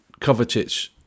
Kovacic